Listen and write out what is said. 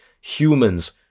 humans